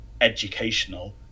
educational